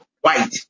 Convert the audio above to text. White